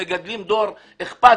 היינו מגדלים דור אכפתי,